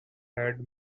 had